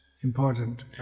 important